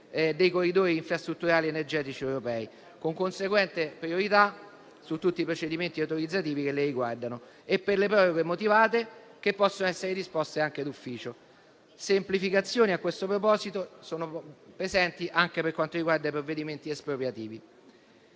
dei corridoi infrastrutturali energetici europei, con conseguente priorità su tutti i procedimenti autorizzativi che le riguardano e per le proroghe motivate, che possono essere disposte anche d'ufficio. Semplificazioni a questo proposito sono presenti anche per quanto riguarda i provvedimenti espropriativi.